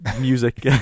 music